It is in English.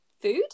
Food